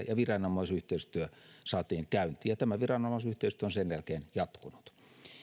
ja viranomaisyhteistyö saatiin käyntiin tämä viranomaisyhteistyö on sen jälkeen jatkunut